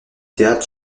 théâtre